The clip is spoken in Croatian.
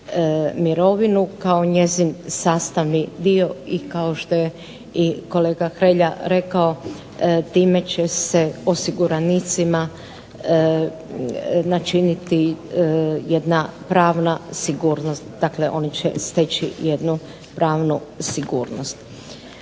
mirovinu kao njezin sastavni dio i kao što je i kolega Hrelja rekao time će se osiguranicima načiniti jedna pravna sigurnost, dakle oni će steći jednu pravnu sigurnost.